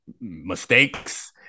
mistakes